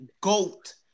goat